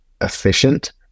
efficient